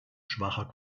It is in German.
schwacher